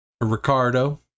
Ricardo